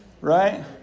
Right